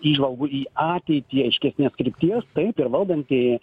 įžvalgų į ateitį aiškesnės krypties taip ir valdantieji